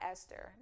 Esther